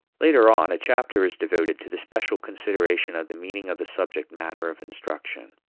later on a chapter is devoted to the special consideration of the meaning of the subject matter of instruction.